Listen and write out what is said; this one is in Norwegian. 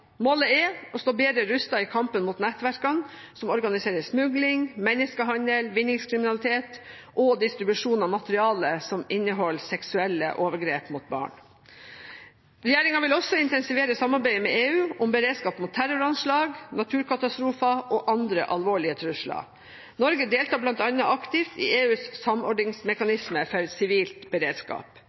Målet er å stå bedre rustet i kampen mot nettverkene som organiserer smugling, menneskehandel, vinningskriminalitet og distribusjon av materiale som inneholder seksuelle overgrep mot barn. Regjeringen vil også intensivere samarbeidet med EU om beredskap mot terroranslag, naturkatastrofer og andre alvorlige trusler. Norge deltar bl.a. aktivt i EUs samordningsmekanisme for sivil beredskap.